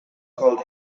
called